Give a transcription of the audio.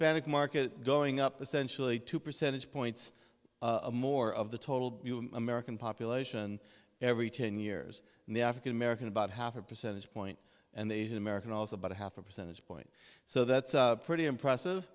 panic market going up essentially two percentage points of more of the total american population every ten years and the african american about half a percentage point and the asian american also about a half a percentage point so that's pretty impressive